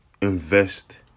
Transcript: invest